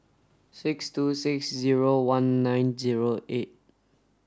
six two six zero one nine zero eight